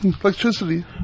Electricity